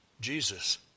Jesus